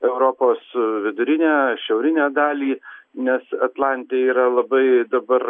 europos vidurinę šiaurinę dalį nes atlante yra labai dabar